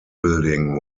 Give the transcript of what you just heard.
building